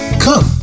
Come